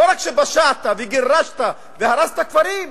לא רק שפשעת וגירשת והרסת כפרים,